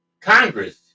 congress